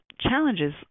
challenges